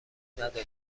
نداده